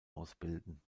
ausbilden